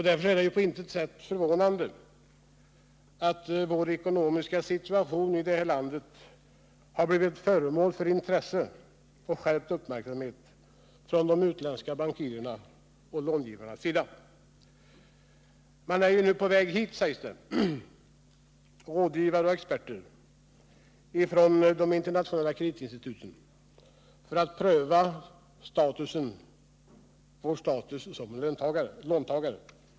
Därför är det på intet sätt förvånande att den ekonomiska situationen här i landet har blivit föremål för skärpt uppmärksamhet från de utländska bankirernas och långivarnas sida. Rådgivare och experter från de internationella kreditinstituten är nu på väg hit, sägs der, för att pröva vår status som låntagare.